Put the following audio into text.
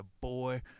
Boy